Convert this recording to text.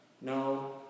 No